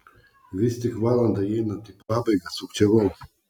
vis tik valandai einant į pabaigą sukčiavau